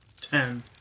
Ten